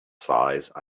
size